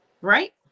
right